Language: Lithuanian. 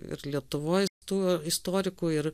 ir lietuvoj tų istorikų ir